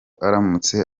aramutse